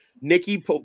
Nikki